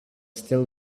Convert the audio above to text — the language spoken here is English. still